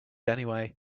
anyway